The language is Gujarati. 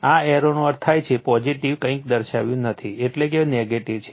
આ એરોનો અર્થ થાય છે પોઝિટીવ કંઈ દર્શાવ્યું નથી એટલે નેગેટિવ છે